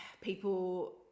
people